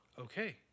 Okay